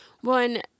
One